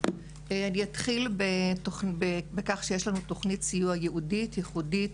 אתחיל בכך שיש לנו תוכנית סיוע ייעודית ייחודית,